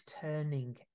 turning